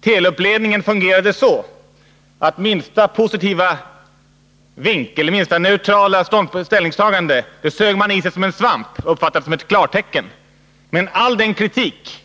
Telubledningen fungerade så, att minsta neutrala ställningstagande sög man i sig som en svamp och uppfattade det som ett klartecken, men all den kritik,